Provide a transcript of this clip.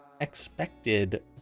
expected